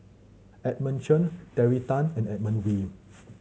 Edmund Chen Terry Tan and Edmund Wee